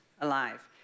alive